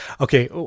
Okay